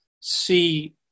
see